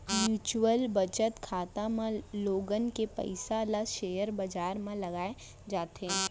mutual बचत खाता म लोगन के पइसा ल सेयर बजार म लगाए जाथे